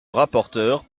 rapporteur